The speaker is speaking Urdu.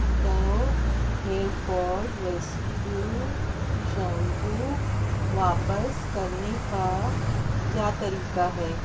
do hair fall rescue shampoo واپس کرنے کا کیا طریقہ ہے